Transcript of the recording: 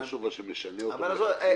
אין פה משהו שמשנה דברים מלכתחילה.